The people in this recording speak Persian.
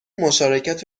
مشارکت